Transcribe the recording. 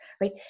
right